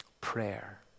Prayer